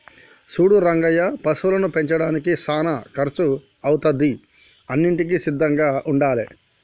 సూడు రంగయ్య పశువులను పెంచడానికి సానా కర్సు అవుతాది అన్నింటికీ సిద్ధంగా ఉండాలే